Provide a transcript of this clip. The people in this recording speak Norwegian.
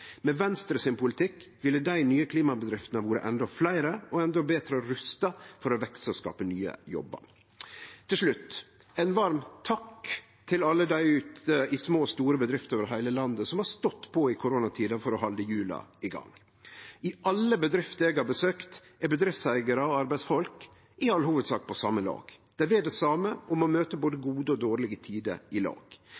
politikk ville dei nye klimabedriftene ha vore endå fleire og endå betre rusta for å vekse og skape nye jobbar. Til slutt: Ein varm takk til alle dei ute i små og store bedrifter over heile landet som har stått på i koronatida for å halde hjula i gang! I alle bedrifter eg har besøkt, er bedriftseigarar og arbeidsfolk i all hovudsak på same lag. Dei vil det same og må møte både